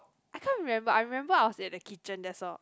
I can't remember I remember I was in the kitchen that's all